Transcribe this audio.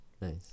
Nice